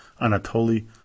Anatoly